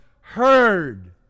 heard